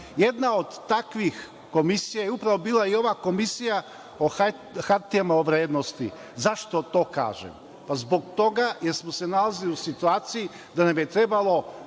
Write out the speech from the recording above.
Jedna od takvih komisija je upravo i bila ova Komisija za hartija o vrednosti. Zašto to kažem? Pa, zbog toga jer smo se nalazili u situaciji da nam je trebalo